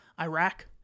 Iraq